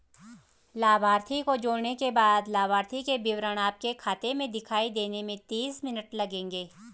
लाभार्थी को जोड़ने के बाद लाभार्थी के विवरण आपके खाते में दिखाई देने में तीस मिनट लगेंगे